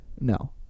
No